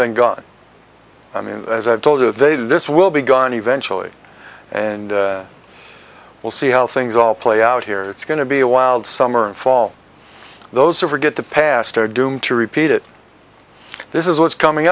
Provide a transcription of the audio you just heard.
been gone i mean as i told you they this will be gone eventually and we'll see how things all play out here it's going to be a wild summer and fall those who forget the past are doomed to repeat it this is what's coming